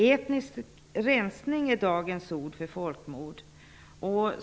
Etnisk rensning är dagens ord för folkmord.